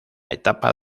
etapa